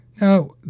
Now